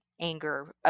anger